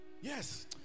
Yes